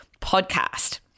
podcast